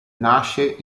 nasce